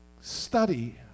study